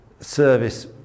service